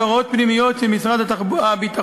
בהוראות פנימיות של משרד הביטחון,